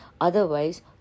Otherwise